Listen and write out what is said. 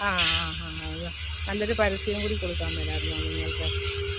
ആ ആ ആ ആ അത് നല്ലൊരു പരസ്യവും കൂടി കൊടുക്കാൻ മേലായിരുന്നോ നിങ്ങൾക്ക്